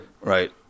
Right